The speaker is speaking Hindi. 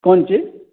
कौनसी